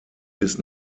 bis